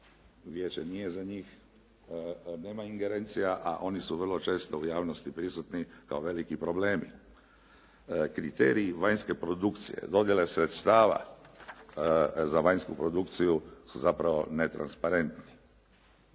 vijeće nije za njih, nema ingerencija a oni su vrlo često u javnosti prisutni kao veliki problemi. Kriteriji vanjske produkcije, dodjele sredstava za vanjsku produkciju su zapravo netransparentni.